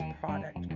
product